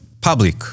Public